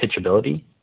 pitchability